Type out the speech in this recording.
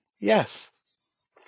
Yes